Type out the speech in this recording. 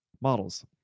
models